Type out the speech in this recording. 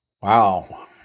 Wow